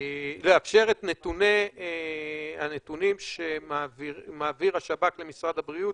לאפשר את הנתונים שמעביר השב"כ למשרד הבריאות,